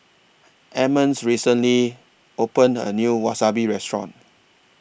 Emmons recently opened A New Wasabi Restaurant